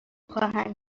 خواهم